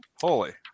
Holy